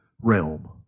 realm